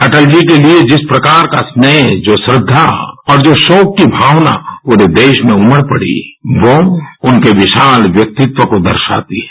अटल जी के लिए जिस प्रकार का स्नेह जो श्रद्धा और जो शोक की भावना पूरे देश में उमड़ पड़ी वह उनके विशाल व्यक्तित्व को दर्शाती है